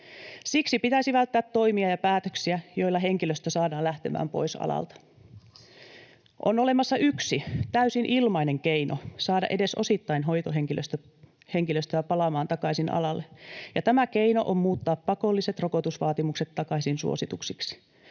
Siksi pitäisi välttää toimia ja päätöksiä, joilla henkilöstö saadaan lähtemään pois alalta. On olemassa yksi täysin ilmainen keino saada edes osittain hoitohenkilöstöä palaamaan takaisin alalle, ja tämä keino on muuttaa pakolliset rokotusvaatimukset takaisin suosituksiksi.